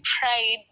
pride